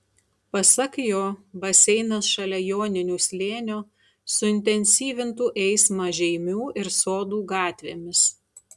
pasak jo baseinas šalia joninių slėnio suintensyvintų eismą žeimių ir sodų gatvėmis